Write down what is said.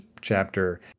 chapter